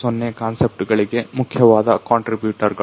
0 concept ಗಳಿಗೆ ಮುಖ್ಯವಾದ contributor ಗಳು